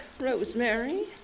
Rosemary